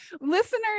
listeners